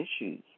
issues